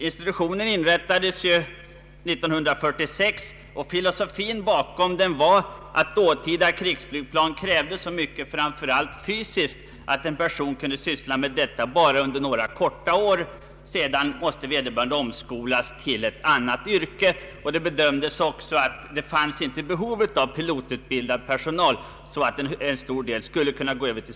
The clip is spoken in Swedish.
Institutionen inrättades 1946, och filosofin bakom den var att dåtida krigsflygplan krävde så mycket framför allt fysiskt, att en förare kunde syssla med detta endast under några få år. Sedan måste vederbörande omskolas till ett annat yrke. Det bedömdes också att det inte fanns så stort behov av pilotutbildad personal inom civilflyget, att en stor del kunde gå över dit.